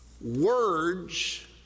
Words